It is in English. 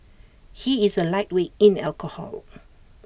he is A lightweight in alcohol